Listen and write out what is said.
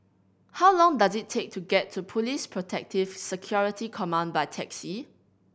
how long does it take to get to Police Protective Security Command by taxi